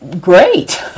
great